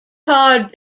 card